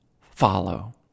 follow